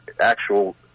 actual